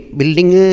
building